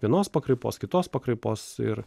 vienos pakraipos kitos pakraipos ir